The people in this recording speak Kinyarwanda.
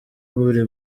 buri